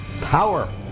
power